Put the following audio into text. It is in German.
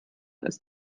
ist